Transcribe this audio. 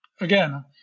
again